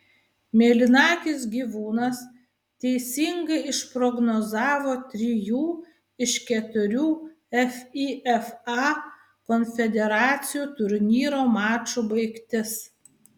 mėlynakis gyvūnas teisingai išprognozavo trijų iš keturių fifa konfederacijų turnyro mačų baigtis